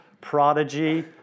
Prodigy